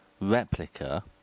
replica